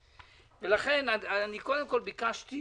לכן, קודם כל ביקשתי